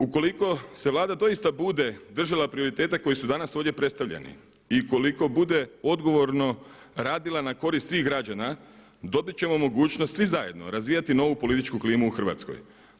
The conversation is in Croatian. Ukoliko se Vlada doista bude država prioriteta koji su danas ovdje predstavljeni i ukoliko bude odgovorno radila na korist svih građana dobit ćemo mogućnost svi zajedno razvijati novu političku klimu u Hrvatskoj.